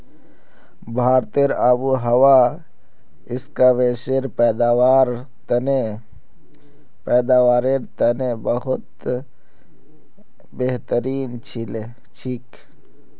भारतेर आबोहवा स्क्वैशेर पैदावारेर तने बहुत बेहतरीन छेक